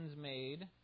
made